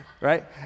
right